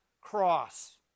cross